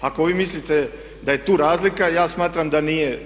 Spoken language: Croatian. Ako vi mislite da je tu razlika ja smatram da nije.